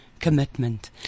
Commitment